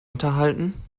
unterhalten